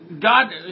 God